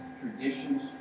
Traditions